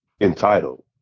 entitled